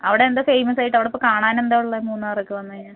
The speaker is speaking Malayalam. അവിടെ എന്താ ഫേമസായിട്ട് അവിടെ ഇപ്പോൾ കാണാൻ എന്താ ഉള്ളത് മുന്നാറൊക്കെ വന്ന് കഴിഞ്ഞാൽ